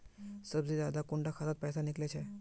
सबसे ज्यादा कुंडा खाता त पैसा निकले छे?